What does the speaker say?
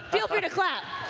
ah feel free to clap.